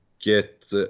get